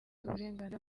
uburenganzira